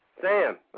Sam